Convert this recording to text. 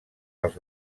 els